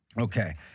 Okay